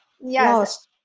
Yes